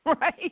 Right